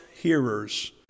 hearers